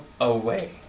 away